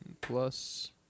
plus